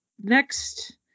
next